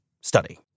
study